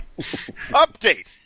Update